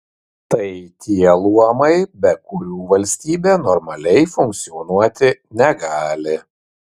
tai tie luomai be kurių valstybė normaliai funkcionuoti negali